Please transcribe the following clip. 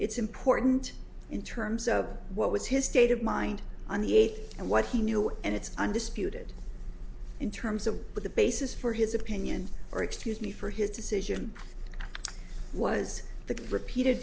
it's important in terms of what was his state of mind on the eighth and what he knew and it's undisputed in terms of the basis for his opinion or excuse me for his decision was the repeated